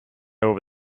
over